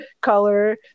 color